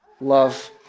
love